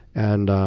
and